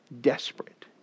desperate